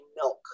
milk